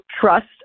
trust